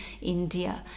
India